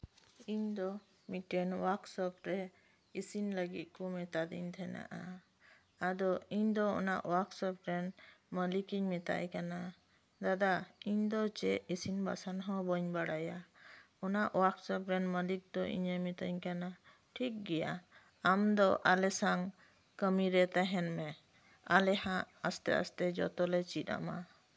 ᱤᱧ ᱫᱚ ᱢᱤᱫᱴᱮᱱ ᱳᱣᱟᱨᱠ ᱥᱚᱯ ᱨᱮ ᱤᱥᱤᱱ ᱞᱟᱹᱜᱤᱫ ᱠᱚ ᱢᱮᱛᱟ ᱫᱤᱧ ᱛᱟᱸᱦᱮᱱᱟ ᱟᱫᱚ ᱤᱧ ᱫᱚ ᱚᱱᱟ ᱳᱣᱟᱨᱠ ᱥᱚᱯ ᱨᱮᱱ ᱢᱟᱹᱞᱤᱠ ᱤᱧ ᱢᱮᱛᱟᱭ ᱠᱟᱱᱟ ᱫᱟᱫᱟ ᱤᱧ ᱫᱚ ᱪᱮᱫ ᱤᱥᱤᱱ ᱵᱟᱥᱟᱝ ᱦᱚᱸ ᱵᱟᱹᱧ ᱵᱟᱲᱟᱭᱟ ᱚᱱᱟ ᱳᱟᱨᱠ ᱥᱚᱯ ᱨᱮᱱ ᱢᱟᱹᱞᱤᱠ ᱫᱚᱭ ᱢᱤᱛᱟᱹᱧ ᱠᱟᱱᱟ ᱴᱷᱤᱠ ᱜᱮᱭᱟ ᱟᱢ ᱫᱚ ᱟᱞᱮ ᱥᱟᱝ ᱠᱟᱹᱢᱤᱨᱮ ᱛᱟᱸᱦᱮ ᱢᱮ ᱟᱞᱮ ᱦᱟᱥ ᱟᱥᱛᱮ ᱟᱥᱛᱮ ᱡᱚᱛᱞᱮ ᱪᱮᱫ ᱟᱢᱟ